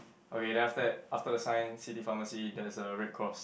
okay then after that after the sign city pharmacy there's a red cross